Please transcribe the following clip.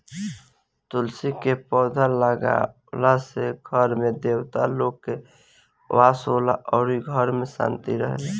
तुलसी के पौधा लागावला से घर में देवता लोग के वास होला अउरी घर में भी शांति रहेला